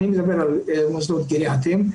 אני מדבר על מוסדות גריאטריים.